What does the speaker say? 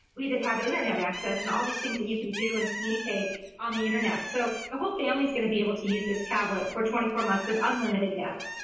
we that have internet access, and all these things and you can do and communicate on the internet. so the whole family is going to be able to use this tablet for twenty four months with unlimited data.